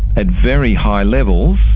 at very high levels,